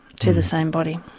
to the same body.